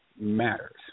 matters